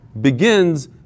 begins